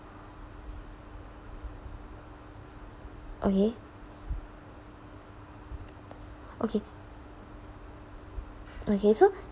okay okay okay so